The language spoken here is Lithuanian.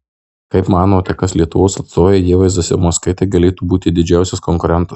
kaip manote kas lietuvos atstovei ievai zasimauskaitei galėtų būti didžiausias konkurentas